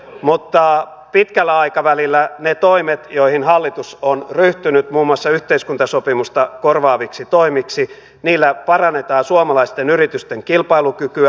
mutta pitkällä aikavälillä niillä toimilla joihin hallitus on ryhtynyt muun muassa yhteiskuntasopimusta korvaaviksi toimiksi parannetaan suomalaisten yritysten kilpailukykyä